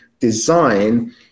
design